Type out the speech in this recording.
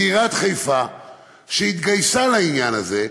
הוא עיריית חיפה שהתגייסה לעניין הזה.